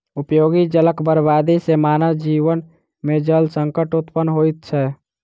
उपयोगी जलक बर्बादी सॅ मानव जीवन मे जल संकट उत्पन्न होइत छै